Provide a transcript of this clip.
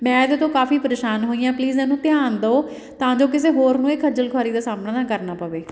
ਮੈਂ ਇਹਦੇ ਤੋਂ ਕਾਫੀ ਪਰੇਸ਼ਾਨ ਹੋਈ ਹਾਂ ਪਲੀਜ਼ ਇਹਨੂੰ ਧਿਆਨ ਦਿਉ ਤਾਂ ਜੋ ਕਿਸੇ ਹੋਰ ਨੂੰ ਇਹ ਖੱਜਲ ਖੁਆਰੀ ਦਾ ਸਾਹਮਣਾ ਨਾ ਕਰਨਾ ਪਵੇ